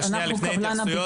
אנחנו קבלן הביצוע.